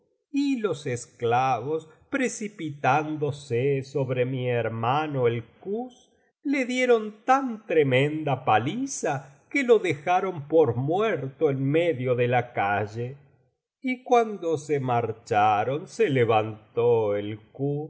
y los esclavos precipitándose sobre mi herbiblioteca valenciana generalitat valenciana historia del jorobado mano el kuz le dieron tan tremenda paliza que lo dejaron por muerto en medio de la calle y cuando se marcharon se levantó